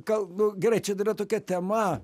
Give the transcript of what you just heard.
kal nu gerai čia yra tokia tema